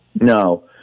No